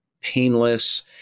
painless